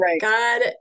God